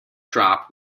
drop